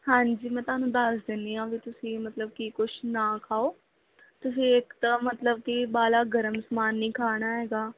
ਹਾਂਜੀ ਮੈਂ ਤੁਹਾਨੂੰ ਦੱਸ ਦਿੰਦੀ ਹਾਂ ਵੀ ਤੁਸੀਂ ਮਤਲਬ ਕੀ ਕੁਛ ਨਾ ਖਾਓ ਤੁਸੀਂ ਇੱਕ ਤਾਂ ਮਤਲਬ ਕਿ ਬਾਹਲਾ ਗਰਮ ਸਮਾਨ ਨਹੀਂ ਖਾਣਾ ਹੈਗਾ